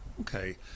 Okay